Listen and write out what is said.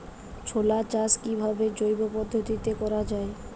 ছোলা চাষ কিভাবে জৈব পদ্ধতিতে করা যায়?